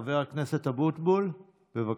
חבר הכנסת אבוטבול, בבקשה.